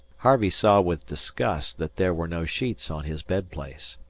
harvey saw with disgust that there were no sheets on his bed-place.